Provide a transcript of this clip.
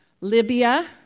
Libya